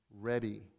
ready